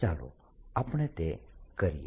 ચાલો આપણે તે કરીએ